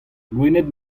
loened